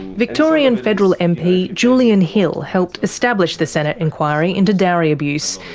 victorian federal m p julian hill helped establish the senate inquiry into dowry abuse,